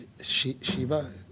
Shiva